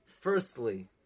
Firstly